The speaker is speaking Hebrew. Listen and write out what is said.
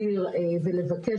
לבד,